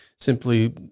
simply